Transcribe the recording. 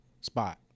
spot